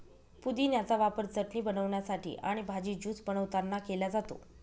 पुदिन्याचा वापर चटणी बनवण्यासाठी आणि भाजी, ज्यूस बनवतांना केला जातो